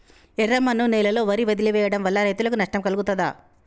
ఎర్రమన్ను నేలలో వరి వదిలివేయడం వల్ల రైతులకు నష్టం కలుగుతదా?